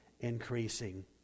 increasing